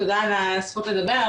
תודה על הזכות לדבר,